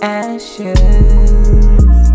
ashes